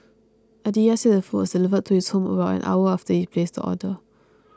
Aditya said the food was delivered to his home about an hour after he placed the order